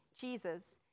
Jesus